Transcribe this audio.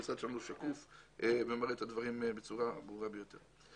המשרד שלנו שקוף וממלא את הדברים בצורה הטובה ביותר.